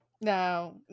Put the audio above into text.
No